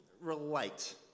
relate